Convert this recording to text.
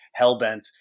Hellbent